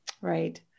Right